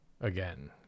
again